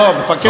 או בתחקיר,